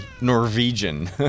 Norwegian